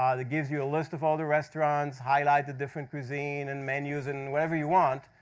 um that gives you a list of all the restaurants, highlight the different cuisine, and menus, and whatever you want,